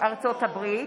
ארצות הברית.